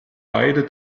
beide